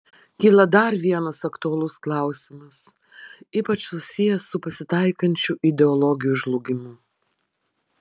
kyla dar vienas aktualus klausimas ypač susijęs su pasitaikančiu ideologijų žlugimu